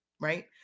right